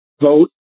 Vote